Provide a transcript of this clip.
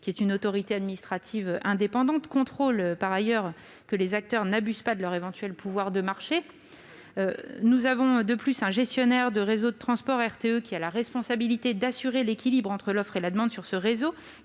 une autorité administrative indépendante, s'assure, par ailleurs, que les acteurs n'abusent pas de leur éventuel pouvoir de marché, et le gestionnaire de réseau de transport d'électricité, RTE, a la responsabilité d'assurer l'équilibre entre l'offre et la demande sur ce réseau